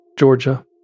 Georgia